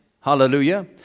hallelujah